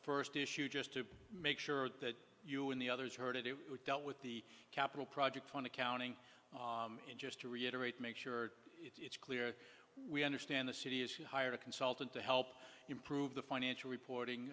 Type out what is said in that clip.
first issue just to make sure that you and the others her to do with the capital projects on accounting and just to reiterate make sure it's clear we understand the city is you hired a consultant to help improve the financial reporting